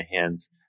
hands